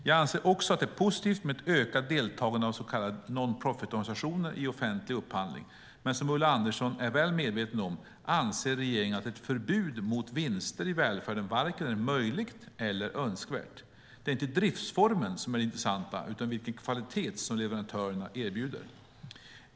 Jag anser också att det är positivt med ett ökat deltagande av så kallade non-profit-organisationer i offentlig upphandling, men som Ulla Andersson är väl medveten om, anser regeringen att ett förbud mot vinster i välfärden varken är möjligt eller önskvärt. Det är inte driftsformen som är det intressanta, utan vilken kvalitet som leverantörerna erbjuder.